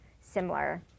similar